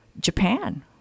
Japan